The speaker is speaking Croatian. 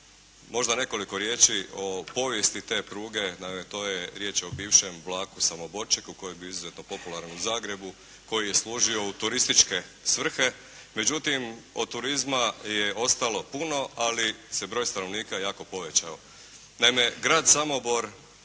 Možda nekoliko riječi o povijesti te pruge. Naime to je, riječ je o bivšem vlaku «samoborčeku» koji je bio izuzetno popularan u Zagrebu koji je služio u turističke svrhe. Međutim od turizma je ostalo puno, ali se broj stanovnika jako povećao. Naime grad Samobor